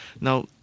Now